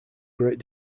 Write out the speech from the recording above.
great